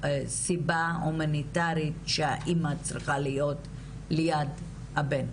סיבה הומניטרית שהאמא צריכה להיות ליד הבן.